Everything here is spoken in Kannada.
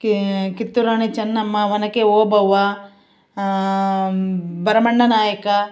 ಕಿ ಕಿತ್ತೂರು ರಾಣಿ ಚೆನ್ನಮ್ಮ ಒನಕೆ ಓಬವ್ವ ಭರಮಣ್ಣ ನಾಯಕ